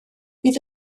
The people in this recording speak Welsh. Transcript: bydd